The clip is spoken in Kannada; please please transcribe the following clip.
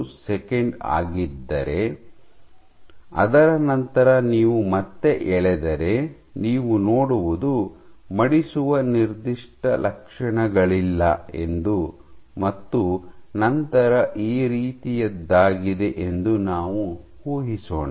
1 ಸೆಕೆಂಡ್ ಆಗಿದ್ದರೆ ಅದರ ನಂತರ ನೀವು ಮತ್ತೆ ಎಳೆದರೆ ನೀವು ನೋಡುವುದು ಮಡಿಸುವ ನಿರ್ದಿಷ್ಟ ಲಕ್ಷಣಗಳಿಲ್ಲ ಎಂದು ಮತ್ತು ನಂತರ ಈ ರೀತಿಯದ್ದಾಗಿದೆ ಎಂದು ನಾವು ಊಹಿಸೋಣ